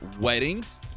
weddings